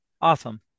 Awesome